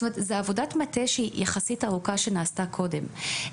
זה עבודת מטה שהיא יחסית ארוכה, שנעשתה קודם.